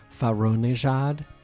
Faronejad